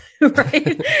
Right